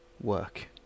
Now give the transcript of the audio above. work